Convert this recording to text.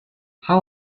how